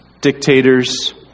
dictators